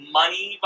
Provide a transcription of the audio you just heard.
money